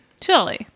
Surely